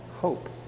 hope